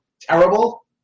terrible